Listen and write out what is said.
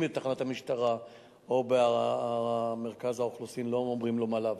אם בתחנת המשטרה או במרכז האוכלוסין לא אומרים לו מה להביא,